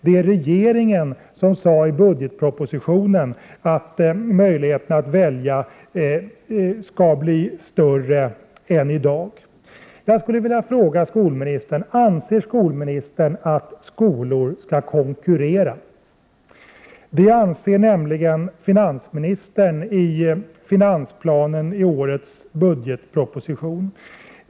Det var regeringen som i budgetpropositionen sade att möjligheterna att välja skall bli större än de är i dag. Jag skulle vilja fråga skolministern: Anser skolministern att skolor skall konkurrera? Det anser nämligen finansministern i finansplanen i årets budgetproposition.